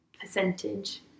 percentage